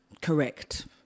Correct